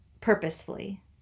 purposefully